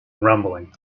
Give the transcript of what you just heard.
rumbling